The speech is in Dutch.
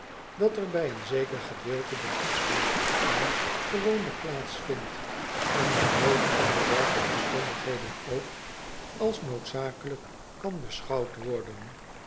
dat er bij een zeker gedeelte der godsdienstoefening gewoonlijk plaats vindt en dat nooit onder welke omstandigheden ook als noodzakelijk kan beschouwd worden